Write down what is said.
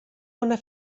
una